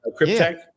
cryptech